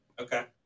okay